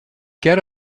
get